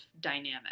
dynamic